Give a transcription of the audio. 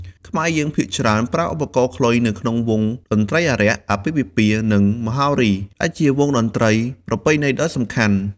ខ្មែរយើងភាគច្រើនប្រើឧបករណ៍ខ្លុយនៅក្នុងវង់តន្ត្រីអារក្ស អាពាហ៍ពិពាហ៍ និងមហោរីដែលជាវង់តន្ត្រីប្រពៃណីដ៏សំខាន់។